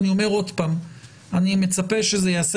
אני אומר שוב שאני מצפה שזה ייעשה